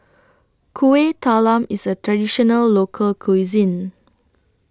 Kuih Talam IS A Traditional Local Cuisine